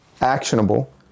actionable